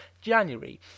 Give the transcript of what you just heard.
January